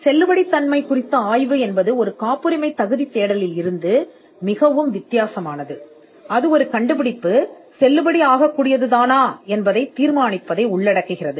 செல்லுபடியாகும் ஆய்வு காப்புரிமைத் தேடலில் இருந்து மிகவும் வேறுபட்டது மேலும் இது ஒரு கண்டுபிடிப்பு செல்லுபடியாகுமா இல்லையா என்பதை தீர்மானிப்பதை உள்ளடக்குகிறது